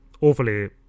awfully